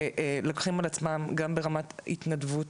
שלוקחים על עצמם, גם ברמת ההתנדבות,